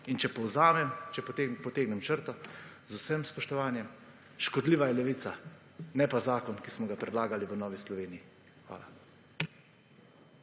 In če povzamem, če potegnem črto, z vsem spoštovanjem, škodljiva je Levica, ne pa zakon, ki smo ga predlagali v Novi Sloveniji. Hvala.